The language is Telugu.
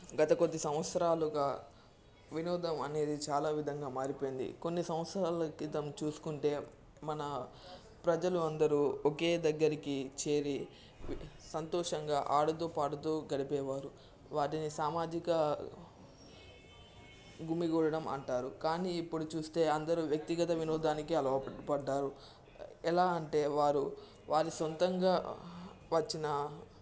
గత కొద్ది సంవత్సరాలుగా వినోదం అనేది చాలా విధంగా మారిపోయింది కొన్ని సంవత్సరాల క్రితం చూసుకుంటే మన ప్రజలు అందరూ ఒకే దగ్గరికి చేరి సంతోషంగా ఆడుతూ పాడుతూ గడిపేవారు వాటిని సామాజిక గుమిగూడడం అంటారు కానీ ఇప్పుడు చూస్తే అందరూ వ్యక్తిగత వినోదానికి అలవాటు పడ్డారు ఎలా అంటే వారు వారి సొంతంగా వచ్చిన